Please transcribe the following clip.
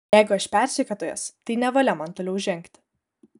jeigu aš persekiotojas tai nevalia man toliau žengti